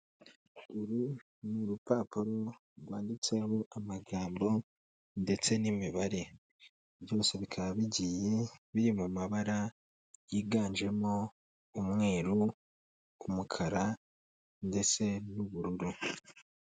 Uru ni urupapuro rwanditseho amagambo ndetse n'imibare, byose bikaba bigiye biri mu mabara yiganjemo umweru, umukara ndetse n'ubururu.